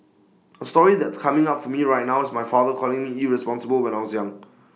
A story that's coming up for me right now is my father calling me irresponsible when I was young